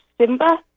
Simba